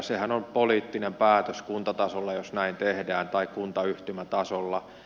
sehän on poliittinen päätös kuntatasolla jos näin tehdään tai kuntayhtymätasolla